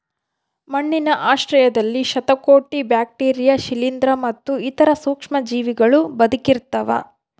ಮಣ್ಣಿನ ಆಶ್ರಯದಲ್ಲಿ ಶತಕೋಟಿ ಬ್ಯಾಕ್ಟೀರಿಯಾ ಶಿಲೀಂಧ್ರ ಮತ್ತು ಇತರ ಸೂಕ್ಷ್ಮಜೀವಿಗಳೂ ಬದುಕಿರ್ತವ